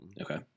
okay